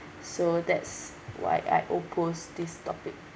so that's why I oppose this topic